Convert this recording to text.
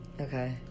Okay